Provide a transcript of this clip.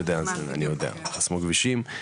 אני יודע, חסמו כבישים.